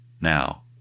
Now